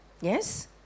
Yes